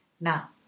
Now